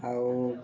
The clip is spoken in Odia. ଆଉ